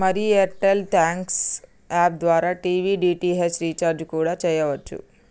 మరి Airtel thanks app ద్వారా TV DTH recharge కూడా సెయ్యవచ్చు